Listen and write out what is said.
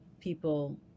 people